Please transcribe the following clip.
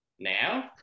now